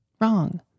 Wrong